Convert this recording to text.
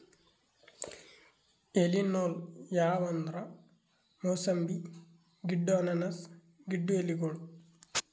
ಎಲಿ ನೂಲ್ ಯಾವ್ ಅಂದ್ರ ಮೂಸಂಬಿ ಗಿಡ್ಡು ಅನಾನಸ್ ಗಿಡ್ಡು ಎಲಿಗೋಳು